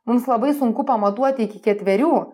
mums labai sunku pamatuoti iki ketverių